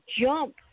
jump